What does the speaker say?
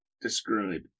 describe